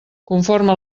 conforme